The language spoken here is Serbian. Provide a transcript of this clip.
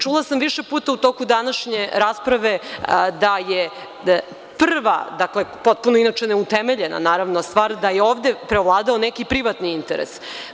Čula sam više puta u toku današnje rasprave da je prva, potpuno inače ne utemeljena naravno stvar da je ovde preovladao neki privatni interes.